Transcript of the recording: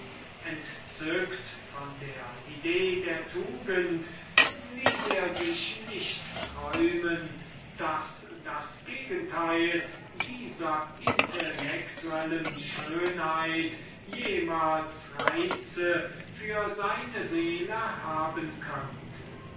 entzückt von der idee der tugend ließ er sich nicht träumen daß das gegenteil dieser intellektualischen schönheit jemals reize für seine seele haben könnte